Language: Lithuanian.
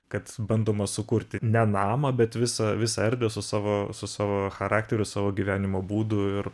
kad bandoma sukurti ne namą bet visą visą erdvę su savo su savo charakteriu savo gyvenimo būdu ir